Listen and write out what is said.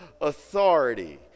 authority